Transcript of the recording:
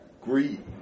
greed